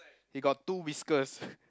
he got two whiskers